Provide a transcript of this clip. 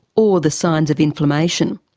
or the signs of inflammation.